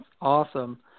Awesome